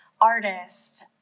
artist